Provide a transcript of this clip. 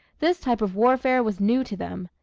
this type of warfare was new to them.